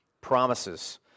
promises